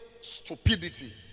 stupidity